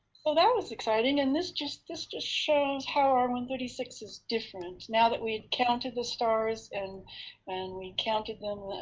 so that was exciting, and this just this just shows how r one three six is different. now that we had counted the stars, and and we counted them,